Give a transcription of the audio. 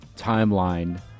timeline